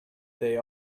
they